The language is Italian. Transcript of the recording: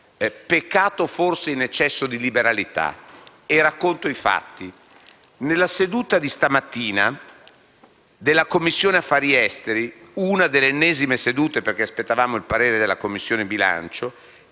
peccato per un eccesso di liberalità. Racconto i fatti: nella seduta di questa mattina della Commissione affari esteri, emigrazione - una delle ennesime sedute, perché aspettavamo il parere della Commissione bilancio